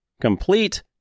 Complete